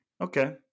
okay